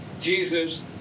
Jesus